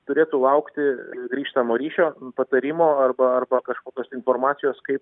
turėtų laukti grįžtamo ryšio patarimo arba arba kažkokios tai informacijos kaip